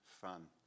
fun